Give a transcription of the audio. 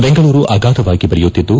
ಬೆಂಗಳೂರು ಅಗಾಧವಾಗಿ ಬೆಳೆಯುತ್ತಿದ್ದು